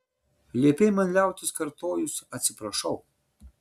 liepei man liautis kartojus atsiprašau